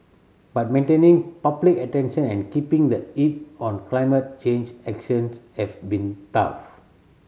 but maintaining public attention and keeping the heat on climate change actions have been tough